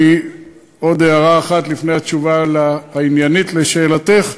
עוד הערה אחת לפני התשובה העניינית על שאלתך: